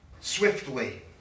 swiftly